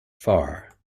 far